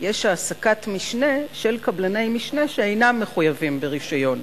יש העסקת משנה של קבלני משנה שאינם מחויבים ברשיון,